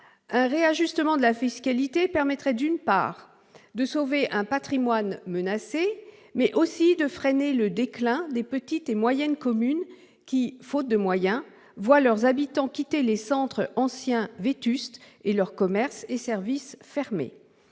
Un réajustement de la fiscalité permettrait, d'une part, de sauver un patrimoine menacé, et, d'autre part, de freiner le déclin des petites et moyennes communes qui, faute de moyens, voient leurs habitants quitter les centres anciens vétustes et leurs commerces et services fermer.